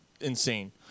insane